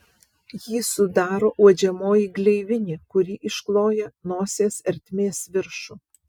jį sudaro uodžiamoji gleivinė kuri iškloja nosies ertmės viršų